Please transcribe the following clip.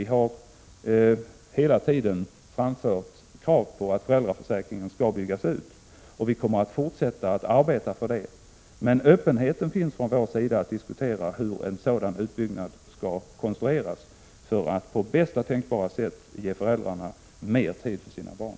Vi har hela tiden framfört krav på att föräldraförsäkringen skall byggas ut, och vi kommer att fortsätta att arbeta för det. Men öppenheten finns från vår sida att diskutera hur en sådan utbyggnad skall konstrueras för att på bästa tänkbara sätt ge föräldrarna mer tid för sina barn.